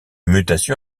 mutation